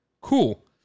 Cool